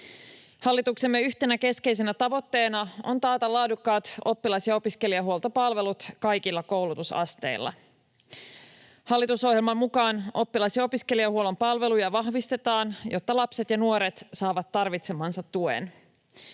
Hallituksemme yhtenä keskeisenä tavoitteena on taata laadukkaat oppilas‑ ja opiskelijahuoltopalvelut kaikilla koulutusasteilla. Hallitusohjelman mukaan oppilas‑ ja opiskelijahuollon palveluja vahvistetaan, jotta lapset ja nuoret saavat tarvitsemansa tuen.